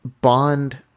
Bond –